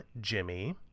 Jimmy